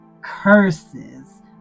curses